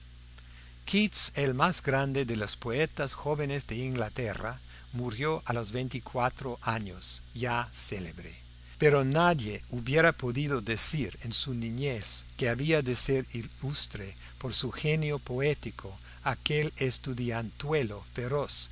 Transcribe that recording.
el más grande de los poetas jóvenes de inglaterra murió a los veinticuatro años ya célebre pero nadie hubiera podido decir en su niñez que había de ser ilustre por su genio poético aquel estudiantuelo feroz